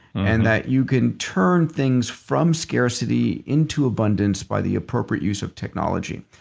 and that you can turn things from scarcity into abundance by the appropriate use of technology.